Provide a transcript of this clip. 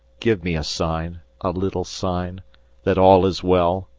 give me a sign a little sign that all is well.